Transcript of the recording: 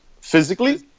physically